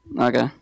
Okay